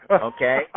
Okay